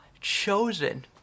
chosen